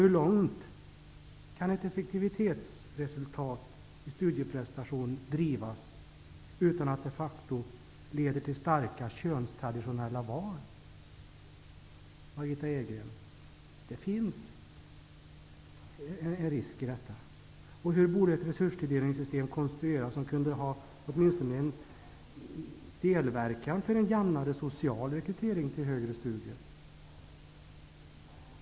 Hur långt kan ett effektivitetsresultat i studieprestation drivas utan att det de facto leder till könstraditionella val av ämnen, Margitta Edgren? Det finns en risk i detta. Hur borde ett resurstilldelningssystem konstrueras som kunde ha åtminstone en delverkan för en jämnare social rekrytering till högre studier?